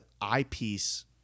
eyepiece